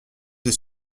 des